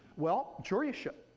well, sure you should.